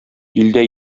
илдә